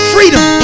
Freedom